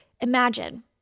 imagine